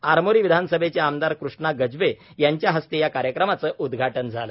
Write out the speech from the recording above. आरमोरी विधानसभेचे आमदार कृष्णा गजबे यांच्या हस्ते या कार्यक्रमाचे उद्घाटन झाले